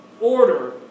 order